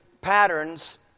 patterns